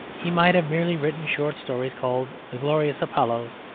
he might have merely written short stories called the glorious apollos,